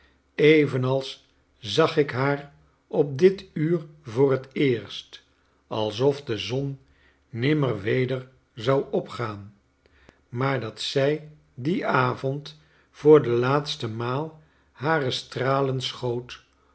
evenals zagik haar op dit uur voor het eerst alsof de zon nimmer weder zou opgaan maar dat zij dien avond voor de laatste maal hare stralen schoot